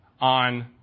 on